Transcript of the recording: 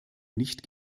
nicht